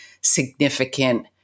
significant